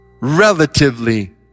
relatively